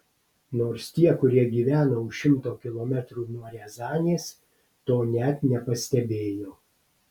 nors tie kurie gyvena už šimto kilometrų nuo riazanės to net nepastebėjo